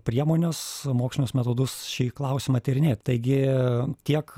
priemones mokslinius metodus šį klausimą tyrinėt taigi tiek